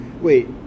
Wait